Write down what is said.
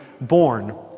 born